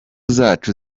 zacu